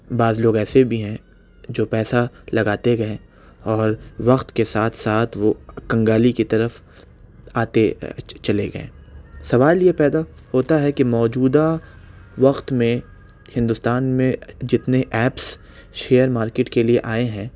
بعض لوگ ایسے بھی ہی جو پیسہ لگاتے گئے اور وقت کے ساتھ ساتھ وہ کنگالی کی طرف آتے چلے گئے سوال یہ پیدا ہوتا ہے کہ موجودہ وقت میں ہندوستان میں جتنے ایپس شیئر مارکیٹ کے لئے آئے ہیں